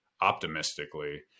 optimistically